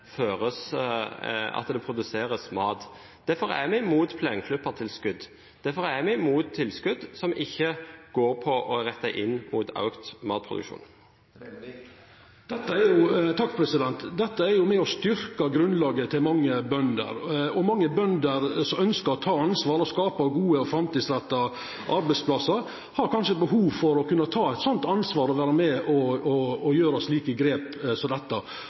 mat. Derfor er vi imot plenklippertilskudd, og derfor er vi imot tilskudd som ikke er rettet inn mot økt matproduksjon. Dette er jo med på å styrkja grunnlaget til mange bønder. Og mange bønder som ønskjer å ta ansvar og skapa gode og framtidsretta arbeidsplassar, har kanskje behov for å kunna ta eit sånt ansvar og vera med og gjera slike grep som dette.